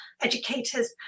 educators